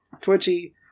Twitchy